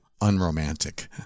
unromantic